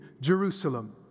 Jerusalem